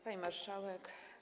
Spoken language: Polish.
Pani Marszałek!